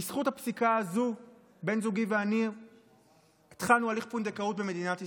בזכות הפסיקה הזאת בן זוגי ואני התחלנו הליך פונדקאות במדינת ישראל,